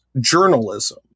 journalism